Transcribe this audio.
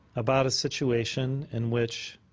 about a situation in which